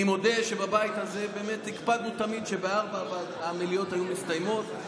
אני מודה שבבית הזה באמת הקפדנו תמיד שב-16:00 המליאות מסתיימות.